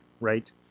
right